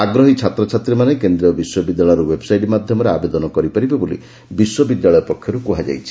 ଆଗ୍ରହୀ ଛାତ୍ରଛାତ୍ରୀମାନେ କେନ୍ଦୀୟ ବିଶ୍ୱବିଦ୍ୟାଳୟର ଓ୍ୱେବସାଇଟ୍ ମାଧ୍ଧମରେ ଆବେଦନ କରିପାରିବେ ବୋଲି ବିଶ୍ୱବିଦ୍ୟାଳୟ ପକ୍ଷରୁ କୁହାଯାଇଛି